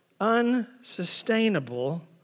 unsustainable